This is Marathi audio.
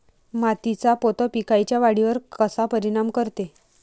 मातीचा पोत पिकाईच्या वाढीवर कसा परिनाम करते?